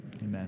amen